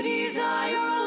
desire